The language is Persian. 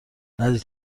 نزدیک